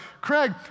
Craig